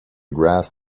grass